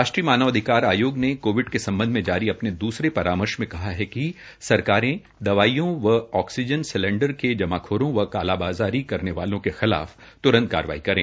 राष्ट्रीय मानाधिकार आयोग ने कोविड के सम्बध मे जारी अपने दुसरे परामर्श मे कहा है कि सरकारें दवाईयां व ऑक्सीजन सिलेंडर के जमाखोरी व कालाबाज़ारी करने वालों के खिलाफ त्रंत कार्यवाही करें